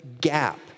gap